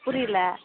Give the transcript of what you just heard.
புரியலை